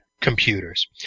computers